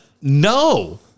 No